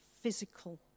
physical